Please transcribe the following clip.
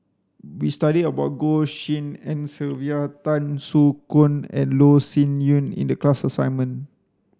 we studied about Goh Tshin En Sylvia Tan Soo Khoon and Loh Sin Yun in the class assignment